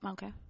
Okay